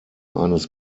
eines